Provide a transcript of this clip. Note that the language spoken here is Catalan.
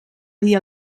dir